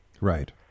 Right